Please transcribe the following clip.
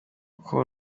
uko